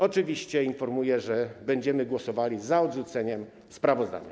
Oczywiście informuję, że będziemy głosowali za odrzuceniem sprawozdania.